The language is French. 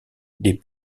des